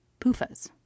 PUFAs